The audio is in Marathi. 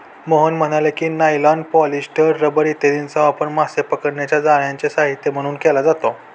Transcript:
मोहन म्हणाले की, नायलॉन, पॉलिस्टर, रबर इत्यादींचा वापर मासे पकडण्याच्या जाळ्यांचे साहित्य म्हणून केला जातो